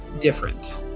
different